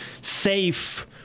safe